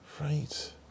Right